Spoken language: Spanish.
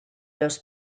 los